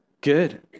good